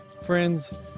friends